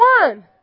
one